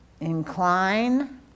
Incline